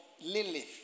Lilith